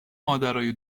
مادرای